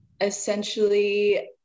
essentially